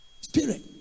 Spirit